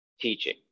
teaching